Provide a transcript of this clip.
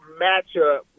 matchup